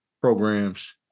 programs